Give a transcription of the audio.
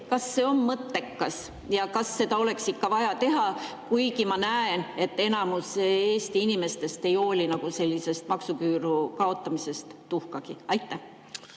kas see on mõttekas ja kas seda oleks ikka vaja teha? Kuigi ma näen, et enamik Eesti inimestest ei hooli maksuküüru kaotamisest tuhkagi. Aitäh!